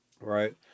right